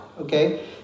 okay